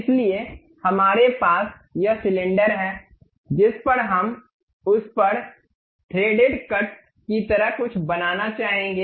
इसलिए हमारे पास यह सिलेंडर है जिस पर हम उस पर थ्रेडेड कट की तरह कुछ बनाना चाहेंगे